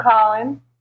Colin